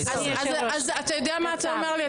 אז אתה יודע מה אתה אומר לי?